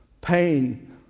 pain